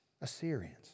Assyrians